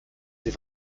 sie